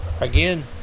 again